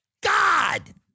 God